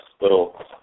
little